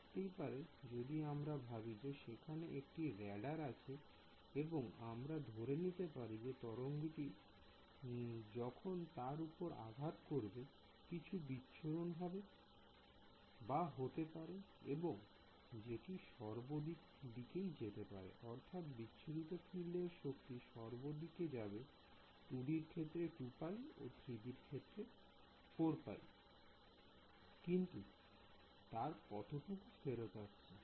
থাকতেই পারে যদি আমরা ভাবি যে সেখানে একটি রেডার আছে এবং আমরা ধরে নিতে পারি যে তরঙ্গটি যখন তার উপর আঘাত করবে কিছু বিচ্ছুরণ হতে পারে এবং যেটি সর্ব দিকে যেতে পারে I অর্থাৎ বিচ্ছুরিত ফিল্ডের শক্তি সর্ব দিকে যাবে 2D র ক্ষেত্রে 2π ও 3D ক্ষেত্রে 4π কিন্তু তার কতটুকু ফেরত আসছে